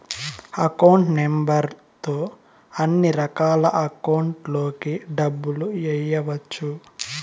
account number తో అన్నిరకాల అకౌంట్లలోకి డబ్బులు ఎయ్యవచ్చు